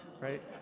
right